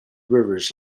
rivers